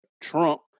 Trump